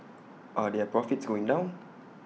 are their profits going down